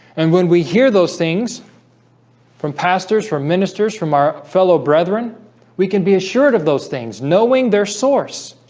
and when we hear those things from pastors from ministers from our fellow brethren we can be assured of those things knowing their source